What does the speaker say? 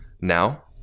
Now